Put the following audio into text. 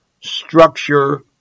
structure